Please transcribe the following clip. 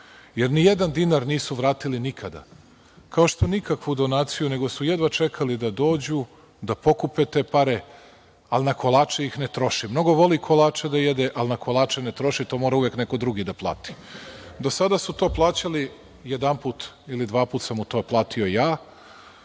jer nijedan dinar nisu vratili nikada, kao što nikakvu donaciju, nego su jedva čekali da dođu, da pokupe te pare, ali na kolače ih ne troši. Mnogo voli kolače da jede, ali na kolače ne troši, to mora uvek neko drugi da plati. Jedanput ili dvaput sam mu to platio ja,